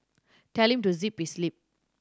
telling to zip his lip